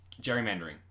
Gerrymandering